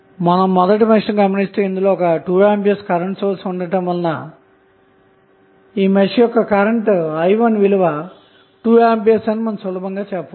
మీరు మొదటి మెష్ ను గమనిస్తే ఇందులో ఒక 2A కరెంట్ సోర్స్ ఉండటం వలన ఈ మెష్ యొక్క కరెంటు i1 విలువ 2A అని సులభంగా చెప్పవచ్చు